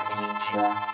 Future